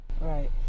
Right